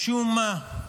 משום מה,